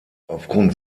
aufgrund